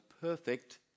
perfect